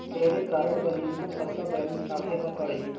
Credit card बर न्यूनतम कतका बैलेंस राखे बर पड़ही?